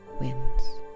wins